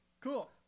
Cool